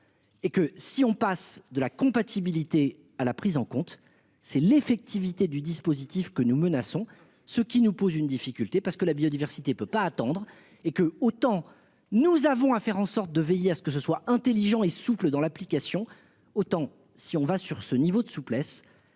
Et que si on passe de la compatibilité à la prise en compte, c'est l'effectivité du dispositif que nous menaçons ce qui nous pose une difficulté parce que la biodiversité peut pas attendre et que autant nous avons à faire en sorte de veiller à ce que ce soit intelligent et souples dans l'application. Autant si on va sur ce niveau de souplesse